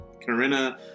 Karina